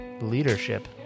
leadership